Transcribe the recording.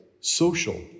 social